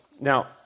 Now